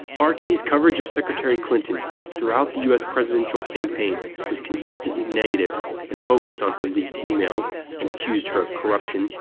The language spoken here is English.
um rt's coverage of secretary clinton throughout the us presidential campaign was consistently negative and focused on her leaked e-mails and accused her of corruption,